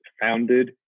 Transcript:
founded